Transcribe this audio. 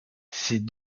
ces